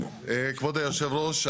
כבוד יושב הראש,